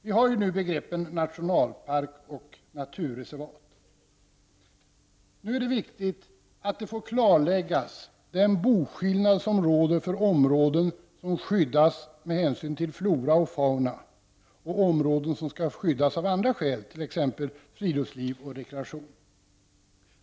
Vi har nu begreppen nationalpark och naturreservat. Det är viktigt att klarlägga den boskillnad som råder mellan områden som skyddas med hänsyn till flora och fauna och områden som skall skyddas av andra skäl, exempelvis för friluftsliv och rekreation.